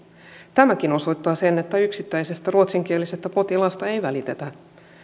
tämäkin osoittaa sen että yksittäisestä ruotsinkielisestä potilaasta ei välitetä